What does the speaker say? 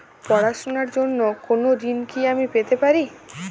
পড়াশোনা র জন্য কোনো ঋণ কি আমি পেতে পারি?